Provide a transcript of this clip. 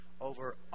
over